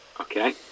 Okay